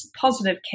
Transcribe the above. positive